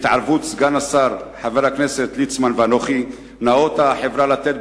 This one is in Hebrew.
בהתערבות סגן השר חבר הכנסת ליצמן ובהתערבותי ניאותה החברה לתת